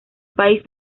país